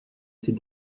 ces